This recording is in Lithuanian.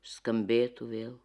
skambėtų vėl